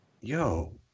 yo